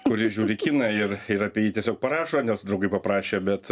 kuri žiūri kiną ir ir apie jį tiesiog parašo nes draugai paprašė bet